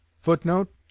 Footnote